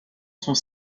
sont